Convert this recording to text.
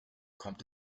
kommt